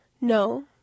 No